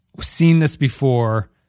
seen-this-before